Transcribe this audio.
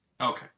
Okay